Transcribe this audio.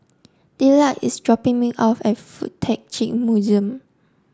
Dillard is dropping me off at Fuk Tak Chi Museum